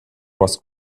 was